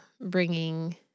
bringing